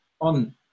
on